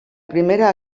primera